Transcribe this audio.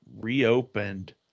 reopened